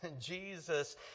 Jesus